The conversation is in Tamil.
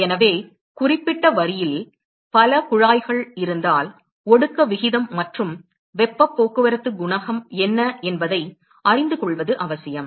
எனவே குறிப்பிட்ட வரியில் பல குழாய்கள் இருந்தால் ஒடுக்க விகிதம் மற்றும் வெப்பப் போக்குவரத்து குணகம் என்ன என்பதை அறிந்து கொள்வது அவசியம்